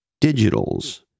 digitals